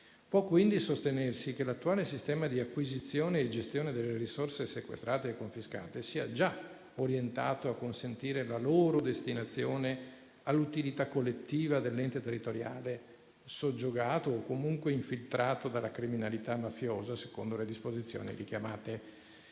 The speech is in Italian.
Può quindi sostenersi che l'attuale sistema di acquisizione e gestione delle risorse sequestrate e confiscate sia già orientato a consentire la loro destinazione all'utilità collettiva dell'ente territoriale soggiogato o comunque infiltrato dalla criminalità mafiosa, secondo le disposizioni richiamate.